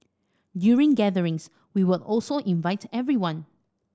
during gatherings we would also invite everyone